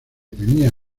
tenía